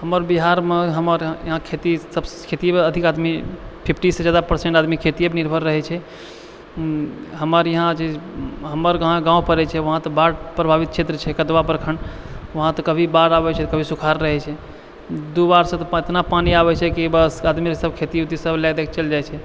हमर बिहारमे हमर यहाँ खेती अधिक आदमी फिफ्टीसँ जादा परसेंट आदमी खेतीयेपर निर्भर रहै छै हमर यहाँ जे हमर जहाँ गाँव पड़ै छै वहाँ तऽ बाढ़ प्रभावित क्षेत्र छै कदवा प्रखण्ड वहाँ तऽ कभी बाढ़ आबै छै तऽ कभी सुखार रहै छै दू बार सँ तऽ एतना पानि आबै छै की बस आदमी सब खेती उती सब लए दएके चलि जाइ छै